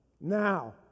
Now